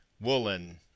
Woolen